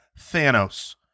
Thanos